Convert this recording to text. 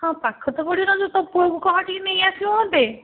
ହଁ ପାଖ ତ ପଡ଼ିବ ତୋ ପୁଅକୁ କହ ଟିକେ ନେଇ ଆସିବ ମୋତେ